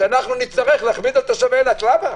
למה?